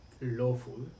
lawful